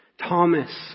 Thomas